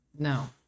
No